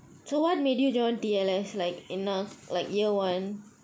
so what made you john dealers like enough like yar [one]